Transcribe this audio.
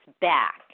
back